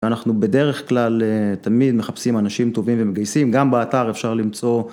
אנחנו בדרך כלל תמיד מחפשים אנשים טובים ומגייסים, גם באתר אפשר למצוא.